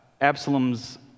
Absalom's